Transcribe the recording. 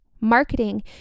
Marketing